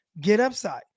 GetUpside